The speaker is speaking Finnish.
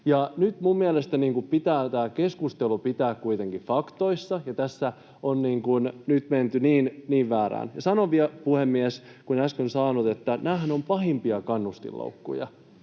mielestäni pitää tämä keskustelu pitää kuitenkin faktoissa, ja tässä on nyt menty niin väärään. Sanon vielä, puhemies, kun en äsken saanut, että nämähän ovat pahimpia kannustinloukkuja.